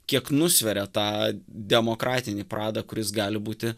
kiek nusveria tą demokratinį pradą kuris gali būti